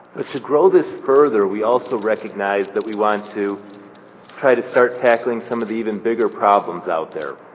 but to grow this further we also recognize that we want to try to start tackling some of the even bigger problems out there.